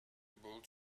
build